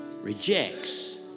rejects